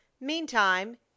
meantime